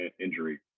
injury